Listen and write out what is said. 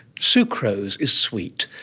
sucrose is sweet,